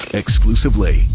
exclusively